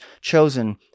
chosen